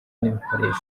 n’ibikoresho